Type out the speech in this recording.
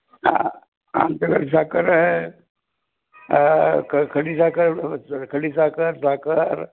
हां आमच्याकडे साखर आहे खडी साखर खडी साखर साखर